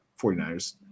49ers